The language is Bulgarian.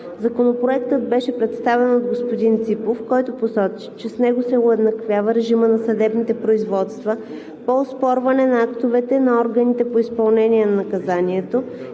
Законопроектът беше представен от господин Ципов, който посочи, че с него се уеднаквява режима на съдебните производства по оспорване на актове на органите по изпълнение на наказанията,